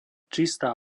čistá